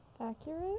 Accurate